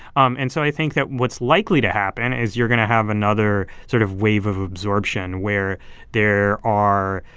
um and so i think that what's likely to happen is you're going to have another sort of wave of absorption where there are